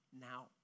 now